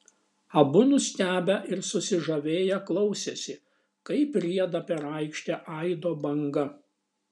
abu nustebę ir susižavėję klausėsi kaip rieda per aikštę aido banga